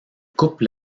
coupe